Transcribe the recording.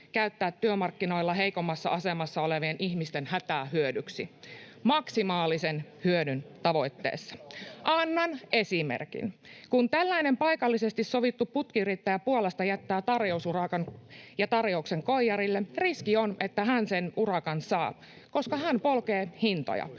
käyttää työmarkkinoilla heikommassa asemassa olevien ihmisten hätää hyödyksi maksimaalisen hyödyn tavoitteessa. Annan esimerkin: Kun tällainen paikallisesti sovittu putkiyrittäjä Puolasta jättää tarjouksen koijarille, riski on, että hän sen urakan saa, koska hän polkee hintoja.